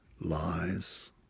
lies